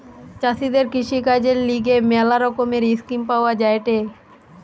চাষীদের কৃষিকাজের লিগে ম্যালা রকমের স্কিম পাওয়া যায়েটে